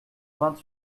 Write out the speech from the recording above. vingt